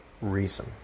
reason